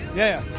yeah,